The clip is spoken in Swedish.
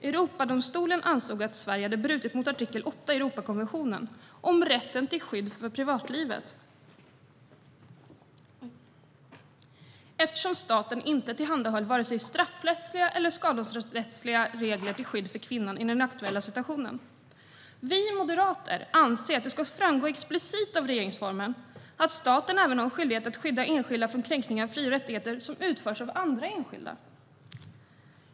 Europadomstolen ansåg att Sverige hade brutit mot artikel 8 i Europakonventionen om rätten till skydd för privatlivet, eftersom staten inte tillhandahöll vare sig straffrättsliga eller skadeståndsrättsliga regler till skydd för kvinnan i den aktuella situationen. Vi moderater anser att det ska framgå explicit av regeringsformen att staten även har en skyldighet att skydda enskilda från kränkningar av fri och rättigheter som utförs av andra enskilda.